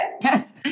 Yes